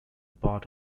part